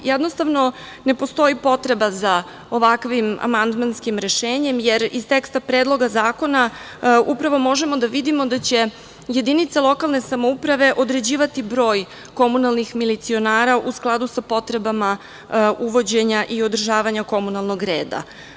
Jednostavno, ne postoji potreba za ovakvim amandmanskim rešenjem, jer iz teksta Predloga zakona, upravo možemo da vidimo da će jedinice lokalne samouprave određivati broj komunalnih milicionara u skladu sa potrebama uvođenja i održavanja komunalnog reda.